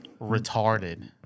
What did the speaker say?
retarded